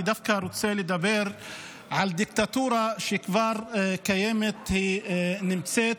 אני דווקא רוצה לדבר על דיקטטורה שכבר קיימת והיא נמצאת.